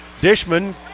Dishman